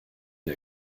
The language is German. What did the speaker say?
der